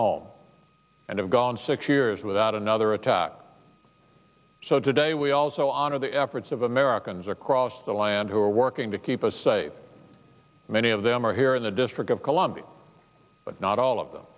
home and have gone six years without another attack so today we also honor the efforts of americans across the land who are working to keep us safe many of them are here in the district of columbia but not all of them